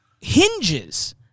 hinges